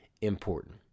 important